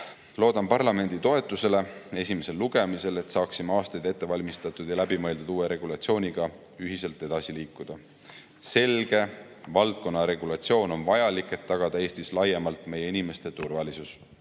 loodan parlamendi toetusele esimesel lugemisel, et saaksime aastaid ette valmistatud ja läbimõeldud uue regulatsiooniga ühiselt edasi liikuda. Selge valdkonnaregulatsioon on vajalik, et tagada Eestis laiemalt meie inimeste turvalisus.